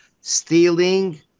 stealing